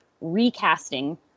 recasting